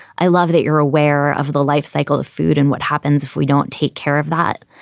i love that you're aware of the life cycle of food and what happens if we don't take care of that.